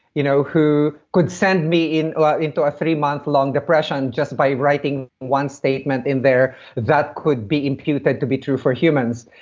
you know who could send me ah into a three-month long depression just by writing one statement in there that could be imputed to be true for humans.